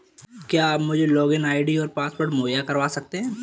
क्या आप मुझे लॉगिन आई.डी और पासवर्ड मुहैय्या करवा सकते हैं?